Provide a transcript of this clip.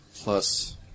plus